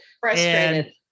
Frustrated